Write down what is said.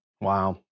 Wow